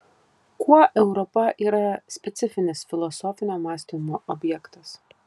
kuo europa yra specifinis filosofinio mąstymo objektas